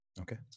okay